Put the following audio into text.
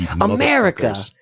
America